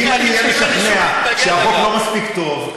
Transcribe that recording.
ואם אני אהיה משכנע שהחוק לא מספיק טוב,